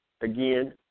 again